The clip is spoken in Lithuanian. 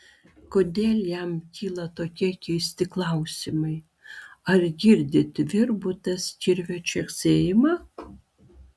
kodėl jam kyla tokie keisti klausimai ar girdi tvirbutas kirvio čeksėjimą